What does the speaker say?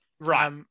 Right